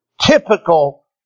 typical